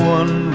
one